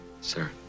Sir